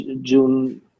june